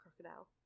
crocodile